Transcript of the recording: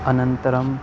अनन्तरम्